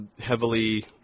heavily